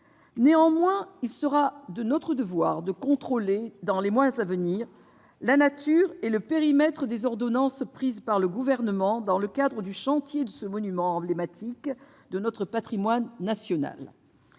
Néanmoins, il sera de notre devoir de contrôler, dans les mois à venir, la nature et le périmètre des ordonnances prises par le Gouvernement dans le cadre du chantier de ce monument emblématique de notre patrimoine national.